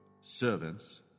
servants